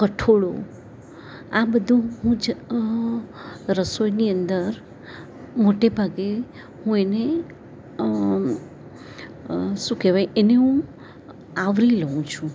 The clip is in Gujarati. કઠોળો આ બધું હું જા રસોઈની અંદર મોટે ભાગે હું એને શું કહેવાય એને હું આવરી લઉં છું